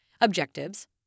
Objectives